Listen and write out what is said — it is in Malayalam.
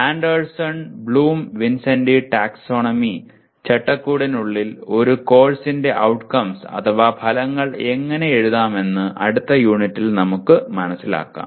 ആൻഡേഴ്സൺ ബ്ലൂം വിൻസെന്റി ടാക്സോണമി ചട്ടക്കൂടിനുള്ളിൽ ഒരു കോഴ്സിന്റെ ഔട്ട്കംസ് അഥവാ ഫലങ്ങൾ എങ്ങനെ എഴുതാമെന്ന് അടുത്ത യൂണിറ്റിൽ നമുക്ക് മനസ്സിലാകും